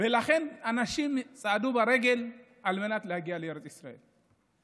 ולכן אנשים צעדו ברגל על מנת להגיע לארץ ישראל.